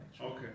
Okay